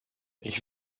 ich